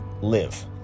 live